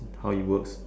how it works